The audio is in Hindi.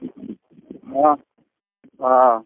हाँ आँ